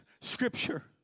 scripture